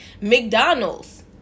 McDonald's